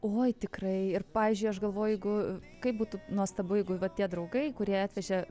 oi tikrai ir pavyzdžiui aš galvoju jeigu kaip būtų nuostabu jeigu va tie draugai kurie atvežė